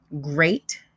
great